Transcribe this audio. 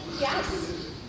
Yes